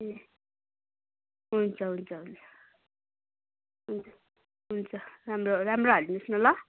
ए हुन्छ हुन्छ हुन्छ हुन्छ हुन्छ राम्रो राम्रो हालिदिनुहोस् न ल